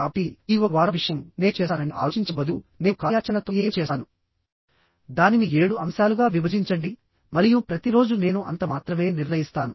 కాబట్టి ఈ ఒక వారం విషయం నేను చేస్తానని ఆలోచించే బదులు నేను కార్యాచరణతో ఏమి చేస్తాను దానిని ఏడు అంశాలుగా విభజించండి మరియు ప్రతి రోజు నేను అంత మాత్రమే నిర్ణయిస్తాను